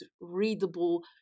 readable